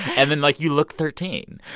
and then, like, you look thirteen.